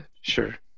sure